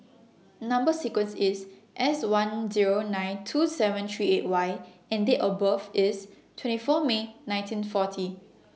Number sequence IS S one Zero nine two seven three eight Y and Date of birth IS twenty four May nineteen forty